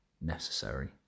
necessary